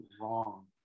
wrong